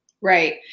Right